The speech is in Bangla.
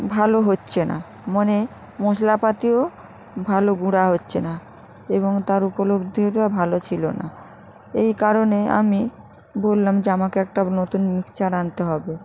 ভালো হচ্ছে না মানে মশলাপাতিও ভালো গুঁড়া হচ্ছে না এবং তার উপলব্ধিটা ভালো ছিলো না এই কারণে আমি বললাম যে আমাকে একটা নতুন মিক্সার আনতে হবে